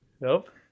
Nope